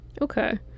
okay